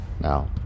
Now